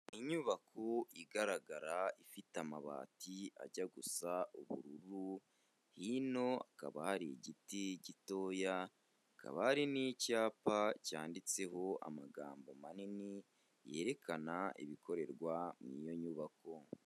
Inyubako igaragara ifite amabati ajya gusa ubururu, hino hakaba hari igiti gitoya, hakaba hari n'icyapa cyanditseho amagambo manini yerekana ibikorerwa muri iyo nyubako.